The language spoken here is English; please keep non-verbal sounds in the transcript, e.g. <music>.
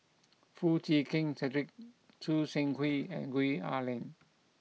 <noise> Foo Chee Keng Cedric Choo Seng Quee and Gwee Ah Leng